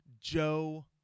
Joe